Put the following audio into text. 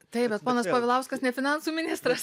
taip bet ponas povilauskas ne finansų ministras